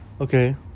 Okay